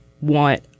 want